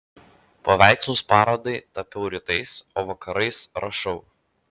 paveikslus parodai tapiau rytais o vakarais rašau